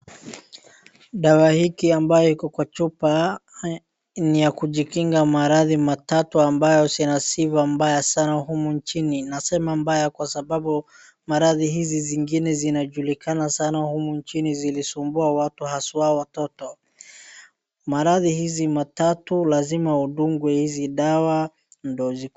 Dawa hiki ambako iko kwenye chupa ni ya kujikinga maradhi matatu ambayo ni ya sifa mbaya sana humu nchini. Nasema mbaya kwa sababu maradhi zingine zinajulikana humu nchini zilisumbua watu haswa watoto maradhi hizi matatu lazima udungwe hizi dawa.